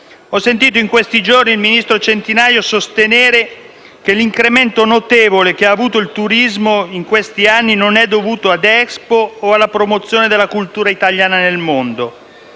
Ho sentito in questi giorni il ministro Centinaio sostenere che l'incremento notevole che ha avuto il turismo in questi anni non è dovuto ad Expo o alla promozione della cultura italiana nel mondo.